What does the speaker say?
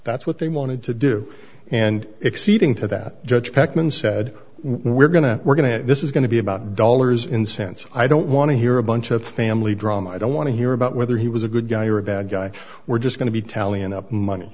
that's what they wanted to do and exceeding to that judge beckman said we're going to we're going to this is going to be about dollars in cents i don't want to hear a bunch of family drama i don't want to hear about whether he was a good guy or a bad guy we're just going to be tallying up money